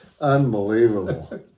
Unbelievable